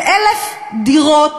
כ-1,000 דירות